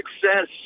success